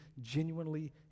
genuinely